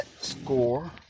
score